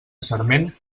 sarment